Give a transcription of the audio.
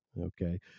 Okay